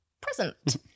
present